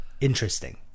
interesting